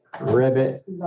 ribbit